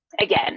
again